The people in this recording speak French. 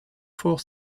fort